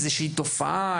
איזושהי תופעה,